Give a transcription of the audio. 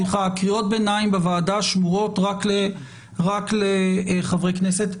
קריאות ביניים בוועדה שמורות רק לחברי כנסת,